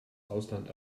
ausland